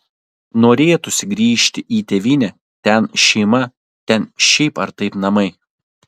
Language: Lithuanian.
norėtųsi grįžti į tėvynę ten šeima ten šiaip ar taip namai